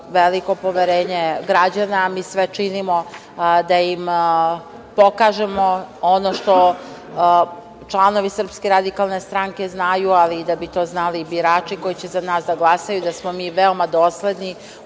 veliko poverenje građana. Mi sve činimo da im pokažemo ono što članovi SRS znaju, ali da bi to znali i birači koji će za nas da glasaju, da smo mi veoma dosledni